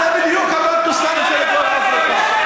זה בדיוק הבנטוסטנים של דרום-אפריקה.